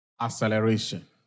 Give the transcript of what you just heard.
Acceleration